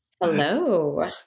Hello